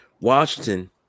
Washington